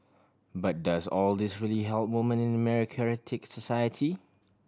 but does all this really help women in a meritocratic society